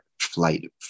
Flight